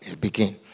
begin